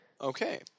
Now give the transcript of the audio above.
Okay